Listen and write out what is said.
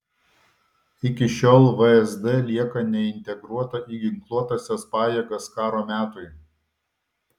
iki šiol vsd lieka neintegruota į ginkluotąsias pajėgas karo metui